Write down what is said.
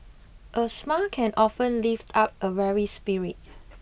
a smile can often lift up a weary spirit